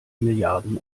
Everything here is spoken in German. milliarden